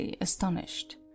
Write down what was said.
astonished